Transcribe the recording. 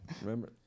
Remember